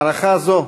מערכה זו,